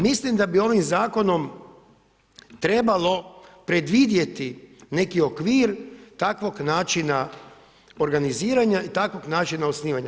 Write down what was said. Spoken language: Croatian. Mislim da bi ovim zakonom trebalo predvidjeti neki okvir takvog načina organiziranja i takvog načina osnivanja.